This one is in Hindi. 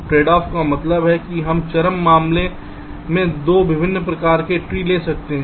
ट्रेडऑफ़ का मतलब है कि हम चरम मामले में 2 विभिन्न प्रकार के ट्री ले सकते हैं